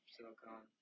Silicon